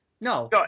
no